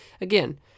again